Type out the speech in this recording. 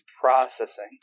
processing